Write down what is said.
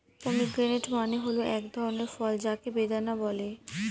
pomegranate মানে হল এক ধরনের ফল যাকে বেদানা বলে